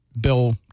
Bill